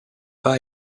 pas